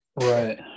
Right